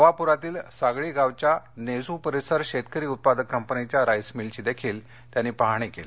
नवापुरातील सागळी गावच्या नेसू परिसर शेतकरी उत्पादक कंपनीच्या राईस मिलची पाहणी केली